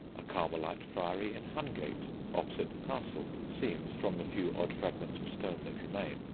a carmelite friary in hungate, opposite the castle, seems, from the few odd fragments of stone that remain,